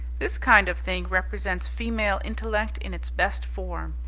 this kind of thing represents female intellect in its best form.